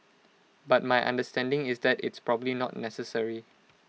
but my understanding is that it's probably not necessary